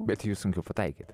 bet į jus sunkiau pataikyt